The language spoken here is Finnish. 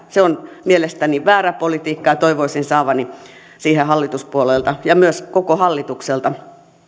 se on mielestäni väärä politiikka ja toivoisin saavani siihen hallituspuolueilta ja myös koko hallitukselta